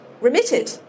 remitted